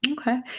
Okay